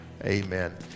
amen